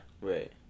Right